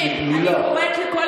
אני קוראת כאן לכל